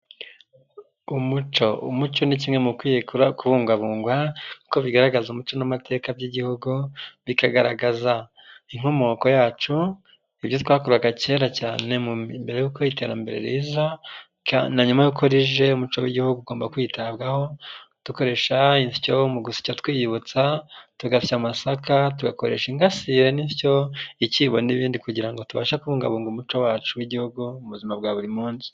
Umuco, umuco ni kimwe mu bikwiye kubungabungwa uko bigaragaza umuco n'amateka by'igihugu, bikagaragaza inkomoko yacu, ibyoyiza twakoraga kera cyane mbere yuko iterambere riza na nyuma yuko rije umuco w'igihugu ugomba kwitabwaho dukoresha insyo mu gusya twiyibutsa tugasya amasaka tugakoresha ingasire, insyo, ikibo n'ibindi kugira tubashe kubungabunga umuco wacu w'igihugu mu buzima bwa buri munsi.